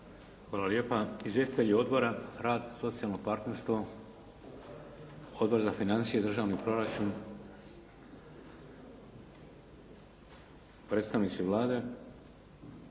Hvala lijepa. Izvjestitelji odbora, rad, socijalno partnerstvo? Odbor za financije i državni proračun? Predstavnici Vlade?